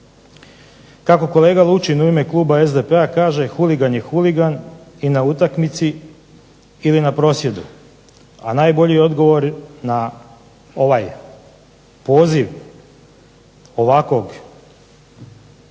kako kolega Lučin u ime kluba SDP-a kaže huligan je huligan, i na utakmici ili na prosvjedu, a najbolji odgovor na ovaj poziv ovakvog